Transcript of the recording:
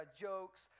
jokes